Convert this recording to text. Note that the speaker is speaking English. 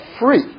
free